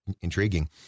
intriguing